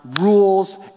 rules